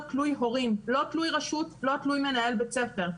תלוי הורים ולא תלות רשות ולא תלות מנהל בית ספר.